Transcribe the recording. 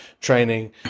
training